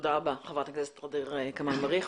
תודה רבה, חברת הכנסת ע'דיר כמאל מריח.